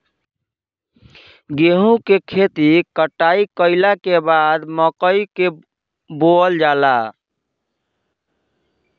गेहूं के खेती कटाई कइला के बाद मकई के बोअल जाला